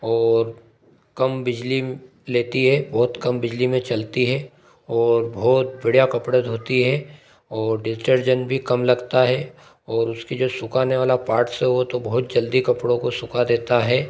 और कम बिजली लेती है बहुत कम बिजली में चलती है और बहुत बढ़िया कपड़े धोती है और डिटर्जेंट भी कम लगता है और उसके जो सुखाने वाला पार्ट्स है वो तो बहुत जल्दी कपड़ों को सुखा देता है